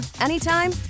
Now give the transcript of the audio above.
anytime